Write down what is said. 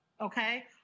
Okay